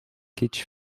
kitch